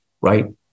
right